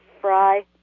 fry